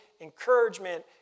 encouragement